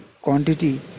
quantity